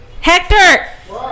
Hector